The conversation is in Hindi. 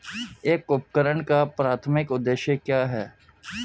एक उपकरण का प्राथमिक उद्देश्य क्या है?